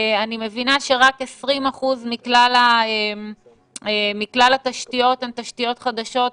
אני מבינה שרק 20% מכלל התשתיות הן תשתיות חדשות,